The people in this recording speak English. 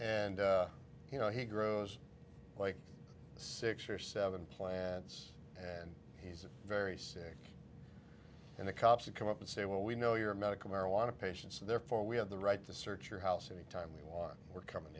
and you know he grows like six or seven plants and he's very sick and the cops come up and say well we know you're a medical marijuana patient so therefore we have the right to search your house anytime we want we're coming